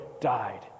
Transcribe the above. died